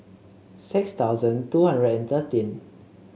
six thousand two hundred and thirteen